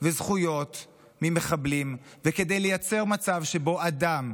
וזכויות ממחבלים, וכדי לייצר מצב שבו אדם,